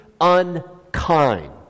unkind